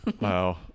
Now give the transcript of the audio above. wow